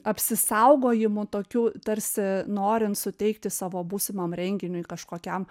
apsisaugojimu tokiu tarsi norint suteikti savo būsimam renginiui kažkokiam